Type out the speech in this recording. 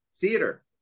theater